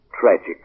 tragic